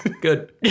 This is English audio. Good